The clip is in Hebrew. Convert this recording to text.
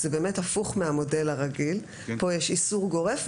זה באמת הפוך מהמודל הרגיל: פה יש איסור גורף,